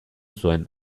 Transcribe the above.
zuen